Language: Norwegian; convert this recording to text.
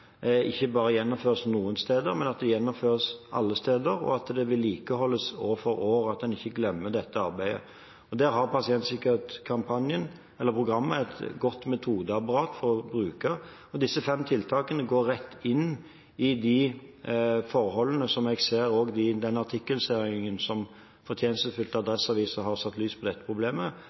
ikke bare gjennomføres noen steder, men alle steder, og det må vedlikeholdes år for år så en ikke glemmer dette arbeidet. Der har pasientsikkerhetsprogrammet et godt metodeapparat å bruke, og disse fem tiltakene går rett inn i de forholdene som jeg ser at den artikkelserien, der Adresseavisen fortjenstfullt har satt lys på dette problemet,